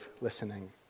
listening